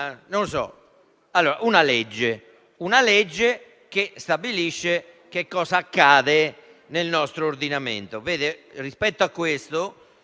una legge, che stabilisce cosa accade nel nostro ordinamento.